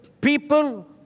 people